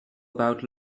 about